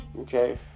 okay